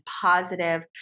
positive